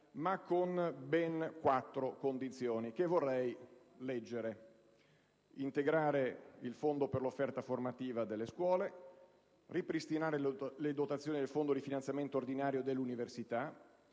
però ben quattro condizioni che mi preme ricordare: integrare il fondo per l'offerta formativa delle scuole; ripristinare le dotazioni del fondo di finanziamento ordinario dell'università;